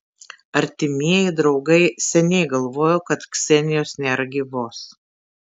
artimieji draugai seniai galvojo kad ksenijos nėra gyvos